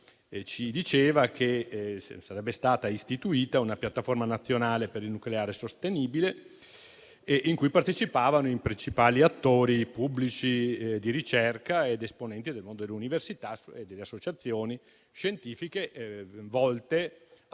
ci diceva che sarebbe stata istituita una piattaforma nazionale per un nucleare sostenibile a cui avrebbero partecipato i principali attori pubblici di ricerca ed esponenti del mondo delle università e delle associazioni scientifiche, volta allo